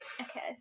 Okay